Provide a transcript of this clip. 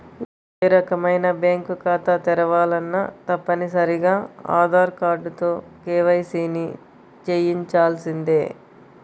ఏ రకమైన బ్యేంకు ఖాతా తెరవాలన్నా తప్పనిసరిగా ఆధార్ కార్డుతో కేవైసీని చెయ్యించాల్సిందే